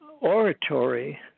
oratory